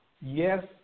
yes